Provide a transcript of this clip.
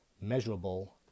Measurable